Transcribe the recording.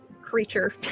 creature